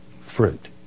fruit